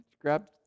grab